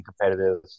competitive